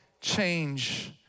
change